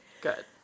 Good